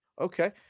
Okay